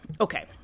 okay